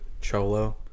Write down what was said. cholo